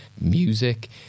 music